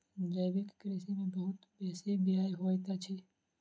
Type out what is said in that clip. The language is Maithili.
जैविक कृषि में बहुत बेसी व्यय होइत अछि